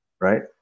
Right